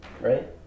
right